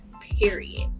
period